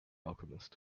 alchemist